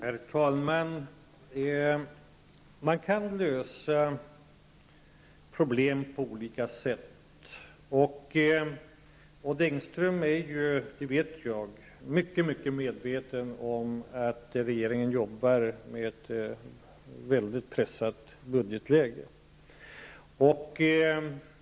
Herr talman! Man kan lösa problem på olika sätt. Odd Engström är, det vet jag, mycket medveten om att regeringen jobbar i ett pressat budgetläge.